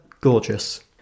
gorgeous